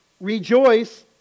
rejoice